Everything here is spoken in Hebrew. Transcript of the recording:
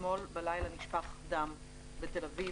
אתמול בלילה נשפך דם בתל אביב,